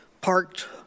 parked